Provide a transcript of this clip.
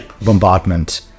bombardment